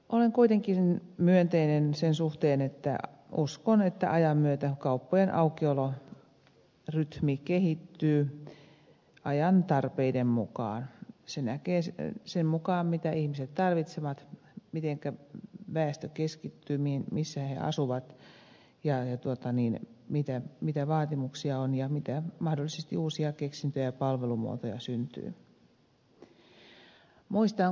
olen kuitenkin myönteinen sen suhteen että uskon että ajan myötä kauppojen aukiolorytmi kehittyy ajan tarpeiden mukaan sen mukaan mitä ihmiset tarvitsevat mitenkä väestö keskittyy missä he asuvat ja mitä vaatimuksia on ja mitä mahdollisesti uusia keksintöjä ja palvelumuotoja syntyy